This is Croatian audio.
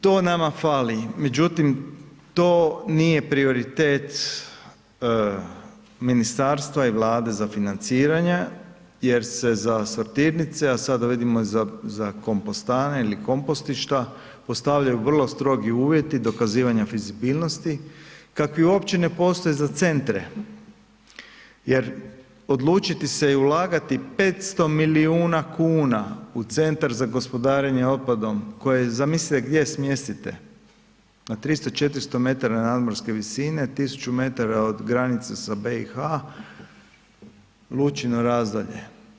To nama fali, međutim to nije prioritet ministarstva i Vlade za financiranje jer se za sortirnice, a sada vidimo i za kompostane ili kompostišta postavljaju vrlo strogi uvjeti dokazivanja fizibilnosti kakvi uopće ne postoje za centre jer odlučiti se i ulagati 500 milijuna kuna u centar za gospodarenje otpadom koje zamislite gdje smjestite, na 300, 400 nadmorske visine, 1000 metara od granice sa BiH, Lučino Radzolje.